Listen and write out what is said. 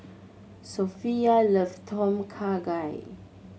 Sophia love Tom Kha Gai